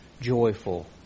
joyful